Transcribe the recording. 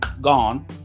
gone